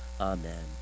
Amen